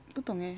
不懂 eh